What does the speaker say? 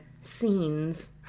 scenes